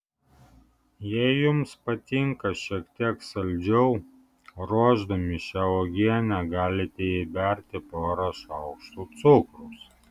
jei jums patinka šiek tiek saldžiau ruošdami šią uogienę galite įberti porą šaukštų cukraus